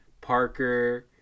Parker